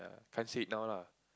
can't say it now lah